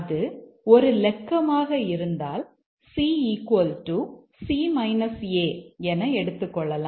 அது ஒரு இலக்கமாக இருந்தால் c c a என கொள்ளலாம்